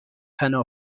فنا